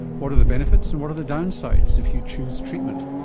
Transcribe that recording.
what are the benefits and what are the downsides if you choose treatment?